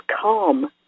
Calm